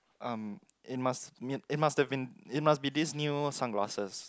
um it must meet it must have been it must be this new sunglasses